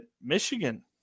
Michigan